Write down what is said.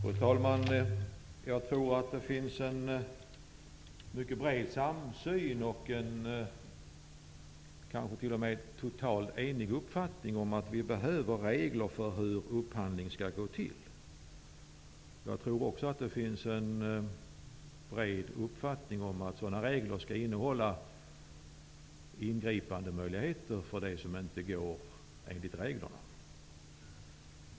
Fru talman! Jag tror att det finns en mycket bred samsyn, kanske t.o.m. en enig uppfattning, om att det behövs regler för hur upphandling skall gå till. Jag tror också att det finns en bred uppfattning om att sådana regler skall innehålla ingripandemöjligheter då upphandling inte sker enligt reglerna.